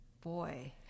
boy